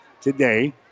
today